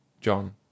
John